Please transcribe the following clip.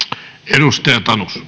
arvoisa puhemies